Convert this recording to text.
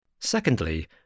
Secondly